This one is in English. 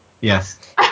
Yes